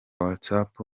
whatsapp